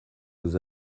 nos